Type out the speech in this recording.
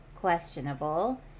questionable